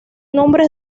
nombres